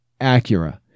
Acura